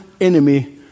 enemy